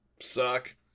suck